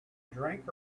drink